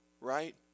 right